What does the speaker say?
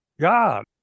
God